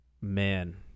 Man